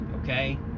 Okay